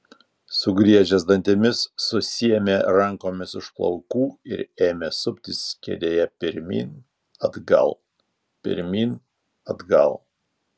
sugriežęs dantimis susiėmė rankomis už plaukų ir ėmė suptis kėdėje pirmyn atgal pirmyn atgal